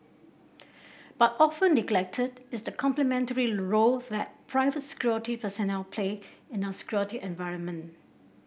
but often neglected is the complementary role that private security personnel play in our security environment